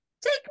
take